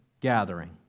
gathering